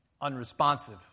unresponsive